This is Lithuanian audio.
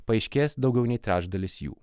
paaiškės daugiau nei trečdalis jų